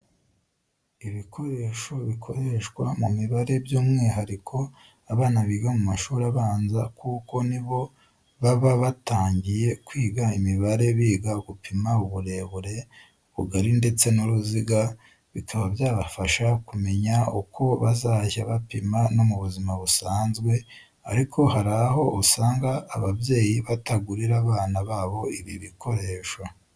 Ibikoresho bikoreshwa mu mibare byumwihariko abana biga mu mashuri abanza kuko nibo baba batangiye kwiga imibare biga gupima uburebure, ubugari ndetse n'uruziga, bikaba byabafasha kumenya uko bazajya bapima no mu buzima busanzwe, ariko hari aho usaga ababyeyi batagurira abana babo ibi bikoresho.